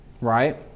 right